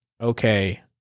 okay